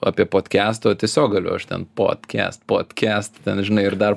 apie potkestą o tiesiog galiu aš ten potkest potkest ten žinai ir dar